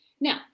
now